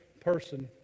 person